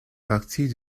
partie